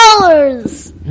dollars